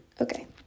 Okay